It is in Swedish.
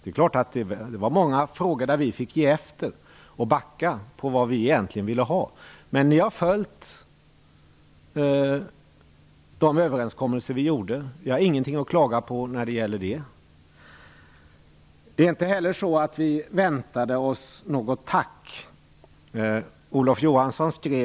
Det är klart att det fanns många frågor där vi fick ge efter och backa. Men socialdemokraterna har följt de överenskommelser vi gjorde. Vi har ingenting att klaga över i det fallet. Det är inte heller så att vi väntade oss något tack.